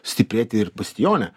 stiprėt ir bastione